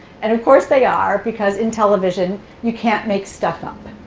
and of course, they are, because in television you can't make stuff up.